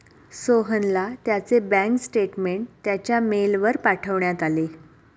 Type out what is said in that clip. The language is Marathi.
सोहनला त्याचे बँक स्टेटमेंट त्याच्या मेलवर पाठवण्यात आले